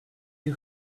you